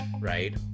right